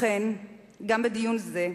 לכן גם בדיון זה,